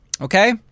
okay